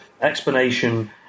explanation